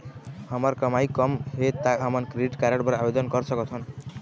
हमर कमाई कम हे ता हमन क्रेडिट कारड बर आवेदन कर सकथन?